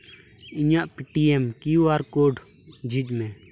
ᱤᱧᱟᱹᱜ Paytm Q R code ᱡᱷᱤᱡᱽ ᱢᱮ